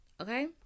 Okay